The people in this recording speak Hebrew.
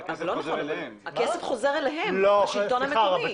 אבל זה לא נכון, הכסף חוזר אליהן, לשלטון המקומי.